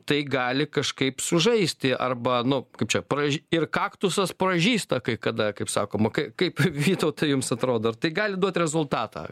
tai gali kažkaip sužaisti arba nu kaip čia praž ir kaktusas pražysta kai kada kaip sakoma kai kaip vytautai jums atrodo ar tai gali duot rezultatą